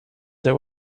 the